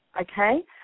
okay